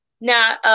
now